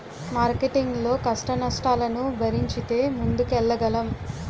marketing లో కష్టనష్టాలను భరించితే ముందుకెళ్లగలం